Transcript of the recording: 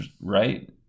right